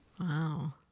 wow